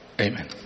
amen